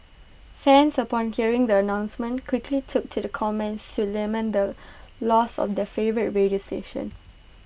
fans upon hearing the announcement quickly took to the comments to lament the loss of their favourite radio station